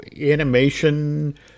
animation